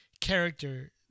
character